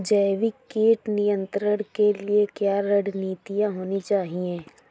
जैविक कीट नियंत्रण के लिए क्या रणनीतियां होनी चाहिए?